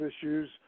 issues